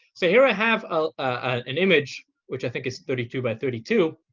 so here i have ah an image which i think is thirty two by thirty two